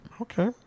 okay